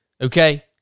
Okay